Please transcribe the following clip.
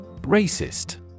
Racist